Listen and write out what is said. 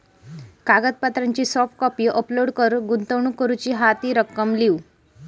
कागदपत्रांची soft copy upload कर, गुंतवणूक करूची हा ती रक्कम लिव्ह